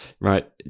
Right